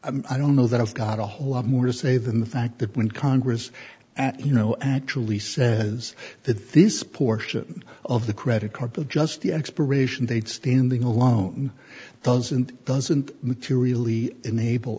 mean i don't know that i've got a whole lot more to say than the fact that when congress at you know actually says that this portion of the credit card bill just the expiration date standing alone doesn't doesn't materially enable